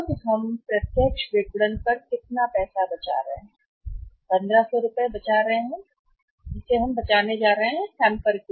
जब हम जा रहे हैं प्रत्यक्ष विपणन हम कितना पैसा बचा रहे हैं जो कि 1500 रुपये है जिसे हम बचाने जा रहे हैंपर